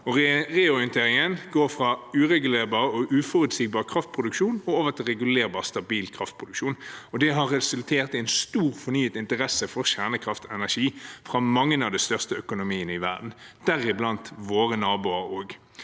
Reorienteringen går fra uregulerbar og uforutsigbar kraftproduksjon over til regulerbar, stabil kraftproduksjon. Det har resultert i en stor fornyet interesse for kjernekraftenergi fra mange av de største økonomiene i verden, deriblant våre naboer.